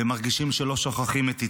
ומרגישים שלא שוכחים את איתי.